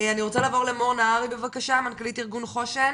רוצה לעבור למור מנכל"ית ארגון חוש"ן,